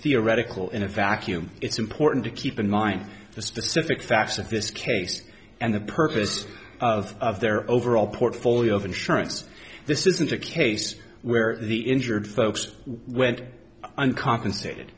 theoretical in a vacuum it's important to keep in mind the specific facts of this case and the purpose of their overall portfolio of insurance this isn't a case where the injured folks went uncompensated